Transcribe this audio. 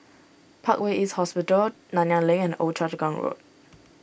Parkway East Hospital Nanyang Link and Old Choa Chu Kang Road